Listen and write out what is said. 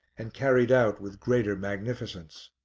and carried out with greater magnificence.